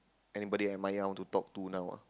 anybody I admire I want to talk to now ah